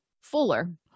fuller